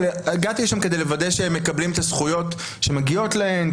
אבל הגעתי לשם כדי לוודא שהם מקבלים את הזכויות שמגיעות להם,